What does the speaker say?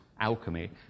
alchemy